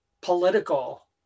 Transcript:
political